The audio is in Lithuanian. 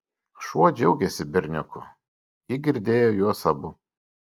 šuo džiaugėsi berniuku ji girdėjo juos abu